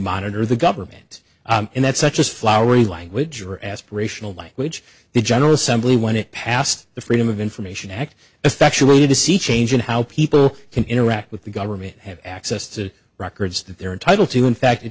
monitor the government and that such as flowery language or aspirational language the general assembly when it passed the freedom of information act effectually to see change in how people can interact with the government have access to records that they're entitled to in fact it